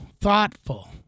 thoughtful